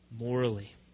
morally